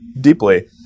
deeply